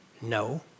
No